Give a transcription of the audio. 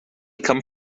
come